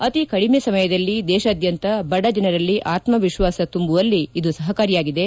ಅತಿ ಕಡಿಮೆ ಸಮಯದಲ್ಲಿ ದೇಶಾದ್ಯಂತ ಬಡಜನರಲ್ಲಿ ಆತ್ನವಿತ್ನಾಸ ತುಂಬುವಲ್ಲಿ ಸಪಕಾರಿಯಾಗಿದೆ